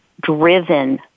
driven